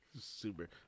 Super